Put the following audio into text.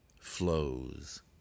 flows